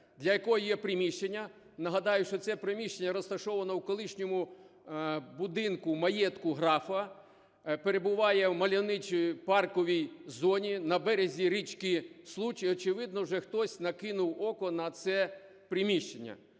для якого є приміщення? Нагадаю, що це приміщення розташовано у колишньому будинку, маєтку графа, перебуває у мальовничій парковій зоні на березі річки Случ. І, очевидно, вже хтось накинув око на це приміщення.